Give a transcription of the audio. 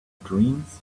dreams